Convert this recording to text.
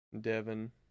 Devin